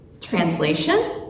Translation